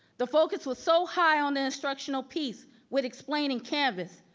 the focus was so high on the instructional piece with explaining canvas,